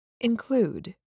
include